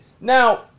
Now